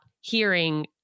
hearing